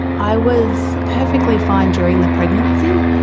i was perfectly fine during the pregnancy,